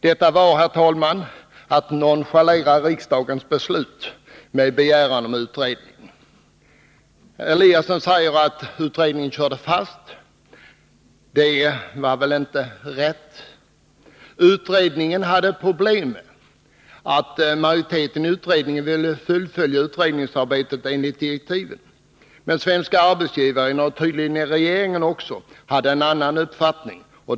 Detta var, herr talman, att nonchalera riksdagens beslut med begäran om utredning. Herr Eliasson säger att utredningen körde fast. Det var väl inte rätt. Utredningen hade det problemet att majoriteten i utredningen ville fullfölja utredningsarbetet enligt direktiven, men Svenska arbetsgivareföreningen, och tydligen även regeringen, hade en annan uppfattning.